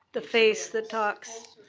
the face that talks.